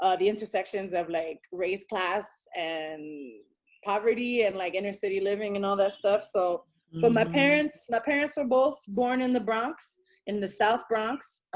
ah the intersections of like race, class and poverty, and like inner city living, and all that stuff. so but my parents, my parents, were both born in the bronx in the south bronx,